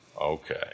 Okay